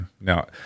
Now